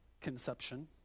conception